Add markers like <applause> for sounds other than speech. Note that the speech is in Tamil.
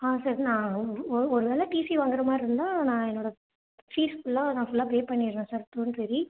ஆ சரி நான் ஒரு ஒரு வேளை நான் டிசி வாங்குற மாதிரி இருந்தால் நான் என்னோட ஃபீஸ் ஃபுல்லாக நான் ஃபுல்லாக பே பண்ணிடுறேன் சார் <unintelligible>